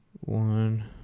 one